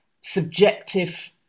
subjective